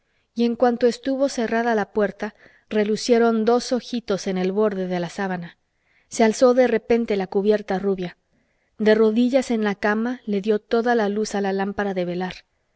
y en cuanto estuvo cerrada la puerta relucieron dos ojitos en el borde de la sábana se alzó de repente la cubierta rubia de rodillas en la cama le dio toda la luz a la lámpara de velar